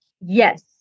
Yes